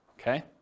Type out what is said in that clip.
okay